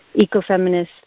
ecofeminist